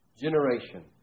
generation